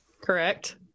correct